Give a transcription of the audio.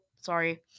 sorry